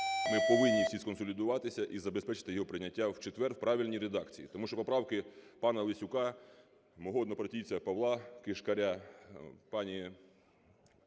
ми повинні всі сконсолідуватися і забезпечити його прийняття в четвер в правильній редакції. Тому що поправки пана Лесюка, мого однопартійця Павла Кишкаря, пані